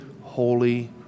holy